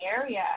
area